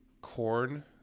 corn